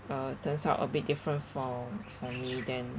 uh turns out a bit different for for me then